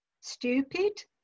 stupid